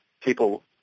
people